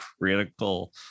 critical